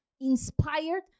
inspired